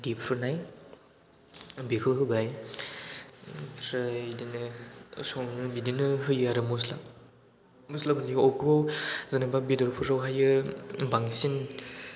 देफ्रुनाय बेखौ होबाय ओमफ्राय बिदिनो सङो बिदिनो होयो आरो मस्ला मस्लाफोरनि बबेखौबा जेनेबा बेदरफोरावहायो बांसिन